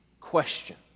Question